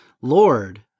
Lord